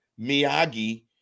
Miyagi